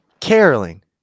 caroling